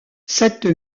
cette